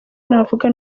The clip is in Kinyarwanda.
navuga